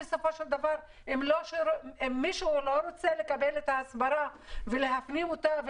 אם מישהו לא רוצה לקבל את ההסברה ולהפנים אותה,